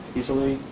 easily